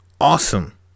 awesome